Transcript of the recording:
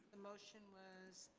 the motion was.